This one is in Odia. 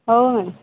ହଉ ଆଜ୍ଞା